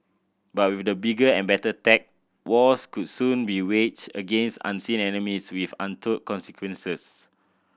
but with the bigger and better tech wars could soon be waged against unseen enemies with untold consequences